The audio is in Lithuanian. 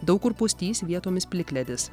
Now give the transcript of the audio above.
daug kur pustys vietomis plikledis